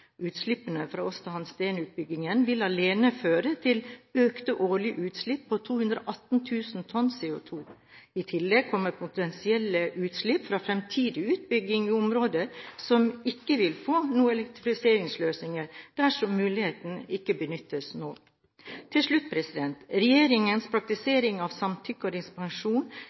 Utslippene fra Aasta Hansteen-utbyggingen vil alene føre til økte årlige utslipp på 218 000 tonn CO2. I tillegg kommer potensielle utslipp fra fremtidige utbygginger i området, som ikke vil få noen elektrifiseringsløsninger dersom muligheten ikke benyttes nå. Til slutt: Regjeringens praktisering av